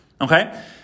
okay